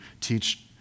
teach